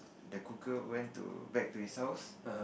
the cooker went to back to his house